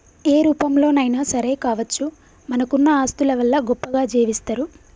ఏ రూపంలోనైనా సరే కావచ్చు మనకున్న ఆస్తుల వల్ల గొప్పగా జీవిస్తరు